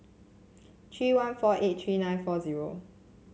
three one four eight three nine four zero